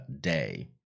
day